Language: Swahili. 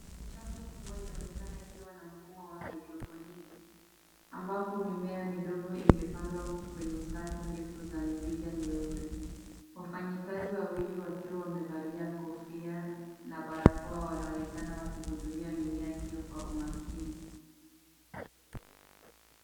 Chafu kubwa inaonekana kuwa na mfumo wa haidroponiki ,ambapo mimea midogo imepandwa kwenye safu ndefu za mirija nyeupe. Wfanyikazi wawili wakiwa wamevalia kofia na barakoa wanaonekana wakihudumia mimea hiyo kwa umakini.